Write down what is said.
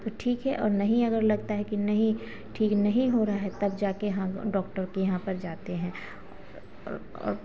तो ठीक है और नहीं अगर लगता है कि नहीं ठीक नहीं हो रहा है तब जा के हाँ डॉक्टर के यहाँ पर जाते हैं और